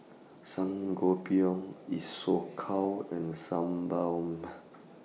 Sangobion Isocal and Sebamed